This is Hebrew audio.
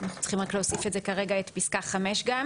אנחנו צריכים גם להוסיף את פסקה (5).